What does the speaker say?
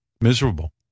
miserable